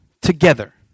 together